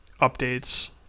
updates